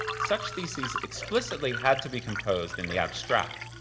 such theses explicitly had to be composed in the abstract,